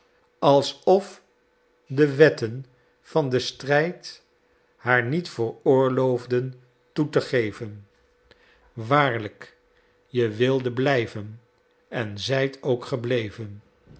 alsof te wetten van den strijd haar niet veroorloofden toe te geven waarlijk je wildet blijven en zijt ook gebleven